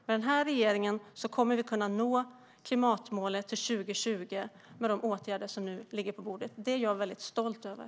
Med den här regeringen och de åtgärder som nu ligger på bordet kommer vi att kunna nå klimatmålet till 2020. Det är jag väldigt stolt över.